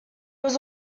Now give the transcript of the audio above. was